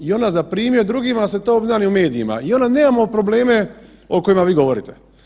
I onda za primjer drugima se to obznani u medijima i onda nema probleme o kojima vi govorite.